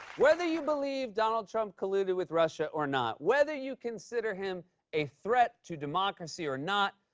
whether you believe donald trump colluded with russia or not, whether you consider him a threat to democracy or not,